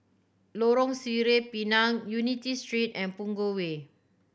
Lorong Sireh Pinang Unity Street and Punggol Way